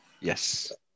Yes